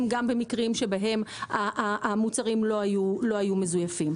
גם במקרים שבהם המוצרים לא היו מזויפים,